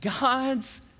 God's